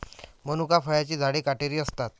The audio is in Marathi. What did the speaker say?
मनुका फळांची झाडे काटेरी असतात